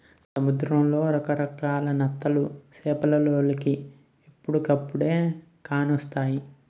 సముద్రంలో రకరకాల నత్తలు చేపలోలికి ఎప్పుడుకప్పుడే కానొస్తాయి